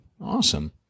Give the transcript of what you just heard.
Awesome